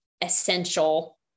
essential